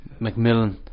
McMillan